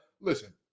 Listen